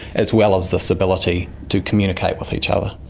as well as this ability to communicate with each other.